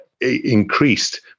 increased